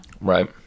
Right